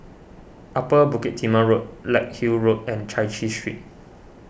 Upper Bukit Timah Road Larkhill Road and Chai Chee Street